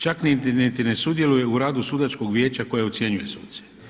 Čak niti ne sudjeluje u radu sudačkog vijeća koje ocjenjuje suce.